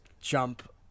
jump